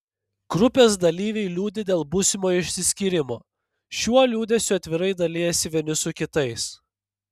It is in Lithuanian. grupės dalyviai liūdi dėl būsimo išsiskyrimo šiuo liūdesiu atvirai dalijasi vieni su kitais